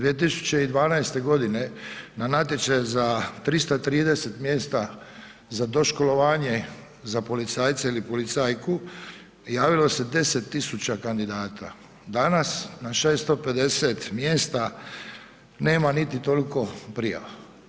2012. godine na natječaj za 330 mjesta za doškolovanje za policajce ili policajku javilo se 10.000 kandidata, danas na 650 mjesta, nema niti toliko prijava.